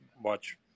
watch